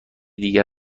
دیگر